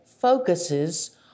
focuses